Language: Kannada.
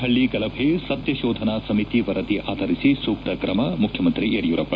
ಹಳ್ಳಿ ಗಲಭೆ ಸತ್ಯ ಶೋಧನಾ ಸಮಿತಿ ವರದಿ ಆಧರಿಸಿ ಸೂಕ್ತ ತ್ರಮ ಮುಖ್ಯಮಂತ್ರಿ ಯಡಿಯೂರಪ್ಪ